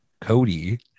Cody